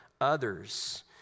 others